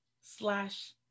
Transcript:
slash